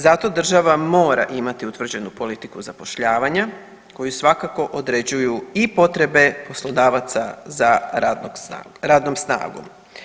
Zato država mora imati utvrđenu politiku zapošljavanja koju svakako određuju i potrebe poslodavaca za radnom snagom.